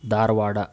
Dharwad